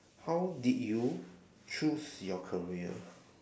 how did you choose your career